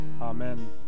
Amen